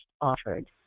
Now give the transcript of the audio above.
offered